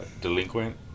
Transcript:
delinquent